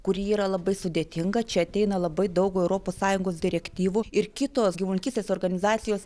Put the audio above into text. kuri yra labai sudėtinga čia ateina labai daug europos sąjungos direktyvų ir kitos gyvulininkystės organizacijos